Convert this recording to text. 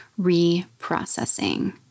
reprocessing